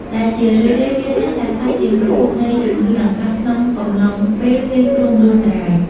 ដែលជារឿយៗវាតែងតែក្លាយជាប្រភពនៃជំងឺដង្កាត់ក្នុងកំឡុងពេលមានគ្រោះមហន្តរាយ។